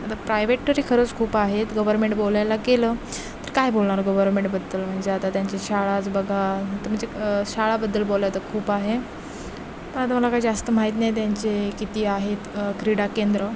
आता प्रायव्हेट तरी खरंच खूप आहेत गव्हर्नमेंट बोलायला गेलं तर काय बोलणार गव्हर्मेंटबद्दल म्हणजे आता त्यांचे शाळाच बघा तर म्हणजे शाळाबद्दल बोलायचं खूप आहे तर आता मला काय जास्त माहीत नाही त्यांचे किती आहेत क्रीडा केंद्र